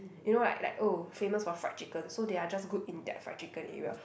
you know like like oh famous for fried chicken so they are just good in that fried chicken area